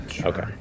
Okay